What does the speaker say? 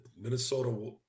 Minnesota